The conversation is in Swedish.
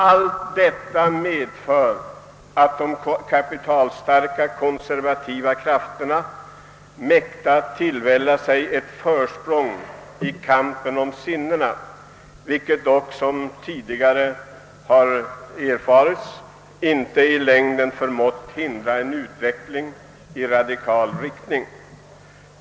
Allt detta medför att de kapitalstarka konservativa krafterna mäktar tillvälla sig ett försprång i kampen om sinnena, vilket dock inte i längden förmått hindra en utveckling i radikal riktning.